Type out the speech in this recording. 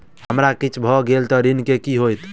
हमरा किछ भऽ गेल तऽ ऋण केँ की होइत?